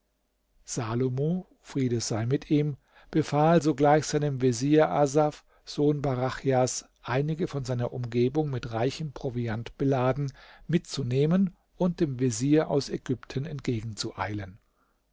salomo friede sei mit ihm befahl sogleich seinem vezier asaf sohn barachjas einige von seiner umgebung mit reichem proviant beladen mitzunehmen und dem vezier aus ägypten